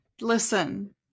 Listen